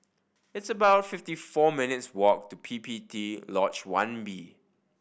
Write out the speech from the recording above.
it's about fifty four minutes' walk to P P T Lodge One B